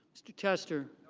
mr. tester.